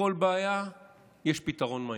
לכל בעיה יש פתרון מהיר.